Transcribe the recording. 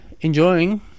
enjoying